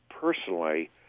personally